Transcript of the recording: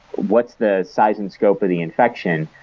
what's the size and scope of the infection?